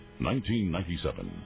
1997